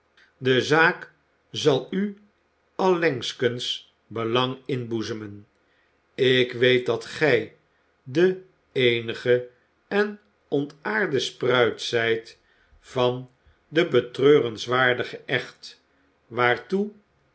de zaak zal u allengskens belang inboezemen ik weet dat gij de eenige en ontaarde spruit zijt van den betreurenswaardigen echt waartoe